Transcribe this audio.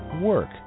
Work